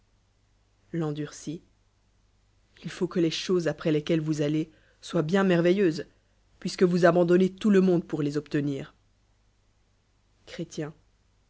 j'avance l'endurci il faut que les choses après lesque'les vous allez soient bien merveillemes puisque vous abandonnez tout le monde pour les obtenir